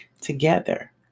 together